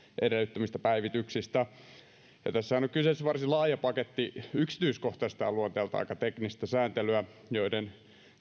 edellyttämistä päivityksistä tässähän on kyseessä varsin laaja paketti yksityiskohtaista ja luonteeltaan aika teknistä sääntelyä joiden